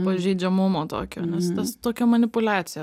pažeidžiamumo tokio nes tas tokia manipuliacija